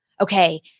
okay